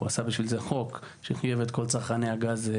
הוא עשה בשביל זה חוק שחייב את כל צרכני הגז,